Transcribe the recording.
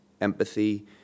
empathy